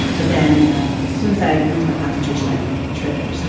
but then, you know, and as soon as i lose my concentration, i trip or so